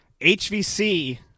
HVC